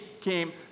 came